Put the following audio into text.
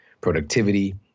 productivity